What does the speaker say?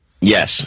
Yes